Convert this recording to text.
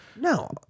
No